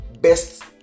best